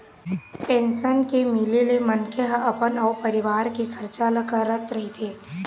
pension के मिले ले मनखे ह अपन अउ अपन परिवार के खरचा ल करत रहिथे